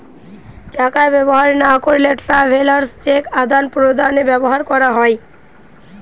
টাকা ব্যবহার না করলে ট্রাভেলার্স চেক আদান প্রদানে ব্যবহার করা হয়